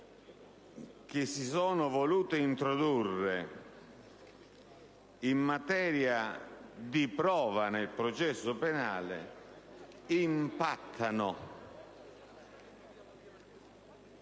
che si sono volute introdurre in materia di prova nel processo penale impattano